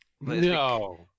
No